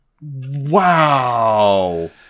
Wow